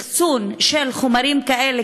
אחסון של חומרים כאלה,